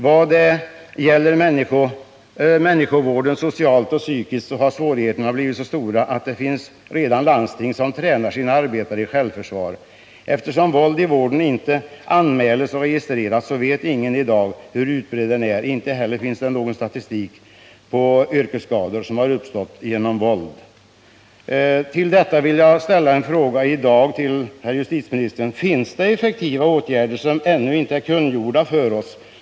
Vad det gäller människovården socialt och psykiskt, så har svårigheterna blivit så stora att det redan finns landsting som tränar sina arbetare i självförsvar. Eftersom våld i vården inte anmäls och registreras vet ingen i dag hur utbrett våldet är. Inte heller finns det någon statistik på yrkesskador som har uppstått genom våld. Jag vill ställa en fråga till herr justitieministern: Finns det effektiva åtgärder som ännu inte är kungjorda för oss?